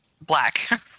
Black